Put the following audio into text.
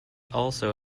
also